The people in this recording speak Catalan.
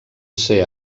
ser